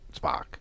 Spock